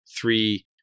three